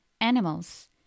animals